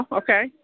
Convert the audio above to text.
okay